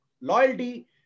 loyalty